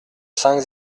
cinq